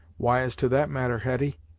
why, as to that matter, hetty,